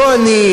לא אני,